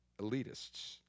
elitists